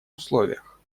условиях